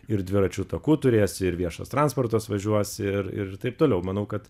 ir dviračių takų turės ir viešas transportas važiuos ir ir taip toliau manau kad